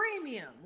premium